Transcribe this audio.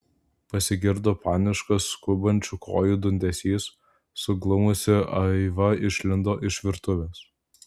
pasigirdo paniškas skubančių kojų dundesys suglumusi aiva išlindo iš virtuvės